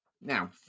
now